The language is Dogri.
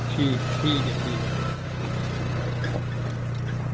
ठीक ठीक ऐ ठीक ऐ